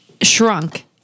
shrunk